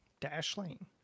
Dashlane